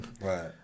Right